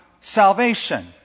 salvation